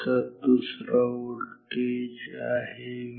तर दुसरा व्होल्टेज आहे Vc